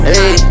Hey